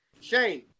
Shane